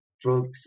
drugs